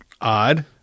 Odd